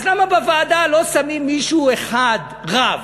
אז למה בוועדה לא שמים מישהו אחד, רב,